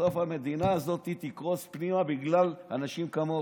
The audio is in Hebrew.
בסוף המדינה הזאת תקרוס פנימה בגלל אנשים כמוך,